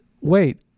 wait